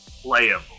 playable